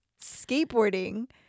skateboarding